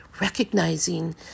recognizing